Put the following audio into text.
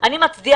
רק חוק אחד להביא